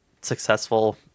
successful